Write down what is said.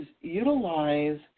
utilize